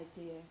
idea